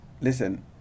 listen